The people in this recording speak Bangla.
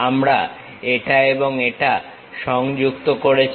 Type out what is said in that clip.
আমরা এটা এবং এটা সংযুক্ত করেছি